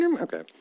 Okay